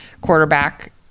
quarterback